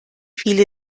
viele